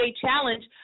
Challenge